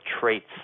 traits